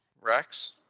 Rex